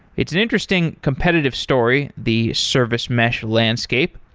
it's an interesting competitive story, the service mesh landscape,